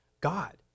God